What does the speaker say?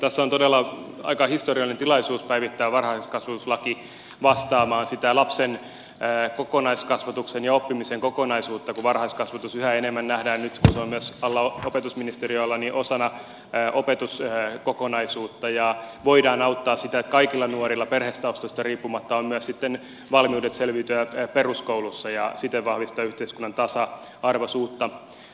tässä on todella aika historiallinen tilaisuus päivittää varhaiskasvatuslaki vastaamaan sitä lapsen kokonaiskasvatuksen ja oppimisen kokonaisuutta kun varhaiskasvatus yhä enemmän nähdään nyt kun se on myös opetusministeriön alla osana opetuskokonaisuutta ja voidaan auttaa sitä että kaikilla nuorilla perhetaustasta riippumatta on myös sitten valmiudet selviytyä peruskoulussa ja siten vahvistaa yhteiskunnan tasa arvoisuutta